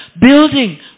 building